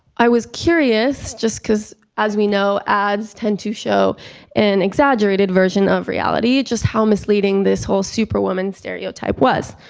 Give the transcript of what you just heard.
i was curious just because, as we know, ads tend to show an exaggerated version of reality just how misleading this whole superwoman stereotype was.